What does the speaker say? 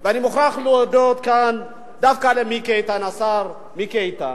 ואני מוכרח להודות כאן דווקא לשר מיקי איתן,